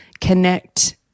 connect